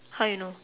how you know